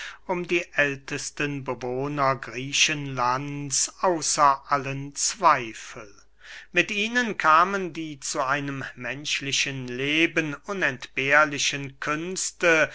um die ältesten bewohner griechenlands außer allen zweifel mit ihnen kamen die zu einem menschlichen leben unentbehrlichen künste